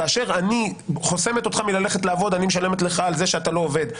כאשר אני חוסמת אותך מללכת לעבוד אני משלמת לך על זה שאתה לא עובד.